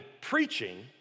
preaching